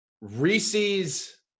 Reese's